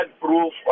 proof